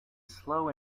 slow